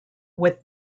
with